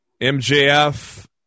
MJF